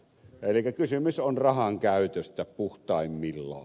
elikkä kysymys on rahan käytöstä puhtaimmillaan